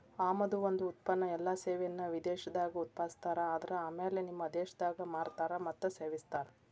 ಆಮದು ಒಂದ ಉತ್ಪನ್ನ ಎಲ್ಲಾ ಸೇವೆಯನ್ನ ವಿದೇಶದಾಗ್ ಉತ್ಪಾದಿಸ್ತಾರ ಆದರ ಆಮ್ಯಾಲೆ ನಿಮ್ಮ ದೇಶದಾಗ್ ಮಾರ್ತಾರ್ ಮತ್ತ ಸೇವಿಸ್ತಾರ್